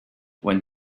when